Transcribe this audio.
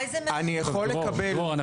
אני יכול לקבל --- דרור,